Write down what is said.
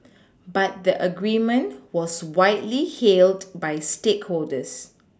but the agreement was widely hailed by stakeholders